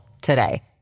today